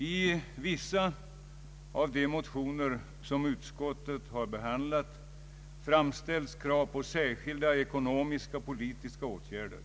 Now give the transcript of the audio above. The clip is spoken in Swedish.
I vissa av de motioner som utskottet behandlat framställs krav på särskilda ekonomisk-politiska åtgärder.